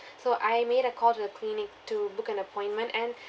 so I made a call to the clinic to book an appointment and